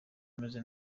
meze